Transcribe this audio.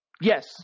yes